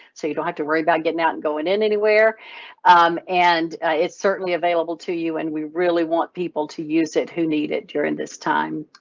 so you don't have to worry about getting out and going in anywhere and it's certainly available to you and we really want people to use it, who needed during this time.